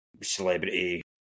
celebrity